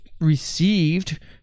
Received